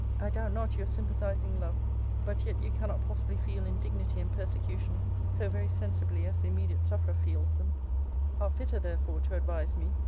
i doubt not your sympathizing love but yet you cannot possibly feel indignity and persecution so very sensibly as the immediate sufferer feels them are fitter therefore to advise me,